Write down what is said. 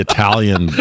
Italian